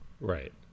Right